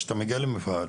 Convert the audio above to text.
כשאתה מגיע למפעל,